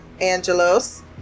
angelos